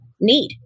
need